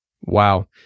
wow